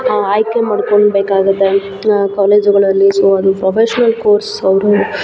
ಆಯ್ಕೆ ಮಾಡ್ಕೊಳ್ಬೇಕಾಗುತ್ತೆ ಕಾಲೇಜುಗಳಲ್ಲಿ ಸೋ ಅದು ಪ್ರೊಫೆಷ್ನಲ್ ಕೋರ್ಸ್ ಅವರು